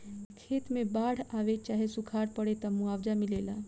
खेत मे बाड़ आवे चाहे सूखा पड़े, त मुआवजा मिलेला